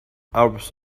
arabs